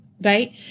right